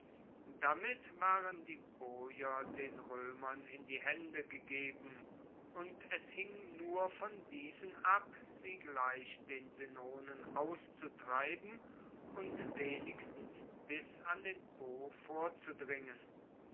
damit waren die boier den roemern in die haende gegeben und es hing nur von diesen ab sie gleich den senonen auszutreiben und wenigstens bis an den po vorzudringen